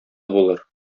булыр